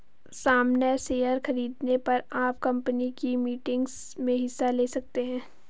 सामन्य शेयर खरीदने पर आप कम्पनी की मीटिंग्स में हिस्सा ले सकते हैं